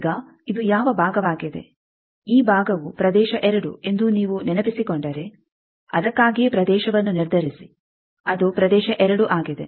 ಈಗ ಇದು ಯಾವ ಭಾಗವಾಗಿದೆ ಈ ಭಾಗವು ಪ್ರದೇಶ 2 ಎಂದು ನೀವು ನೆನಪಿಸಿಕೊಂಡರೆ ಅದಕ್ಕಾಗಿಯೇ ಪ್ರದೇಶವನ್ನು ನಿರ್ಧರಿಸಿ ಅದು ಪ್ರದೇಶ 2 ಆಗಿದೆ